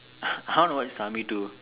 I want to watch Saami 2